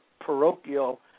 parochial